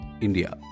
India